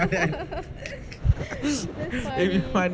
that's funny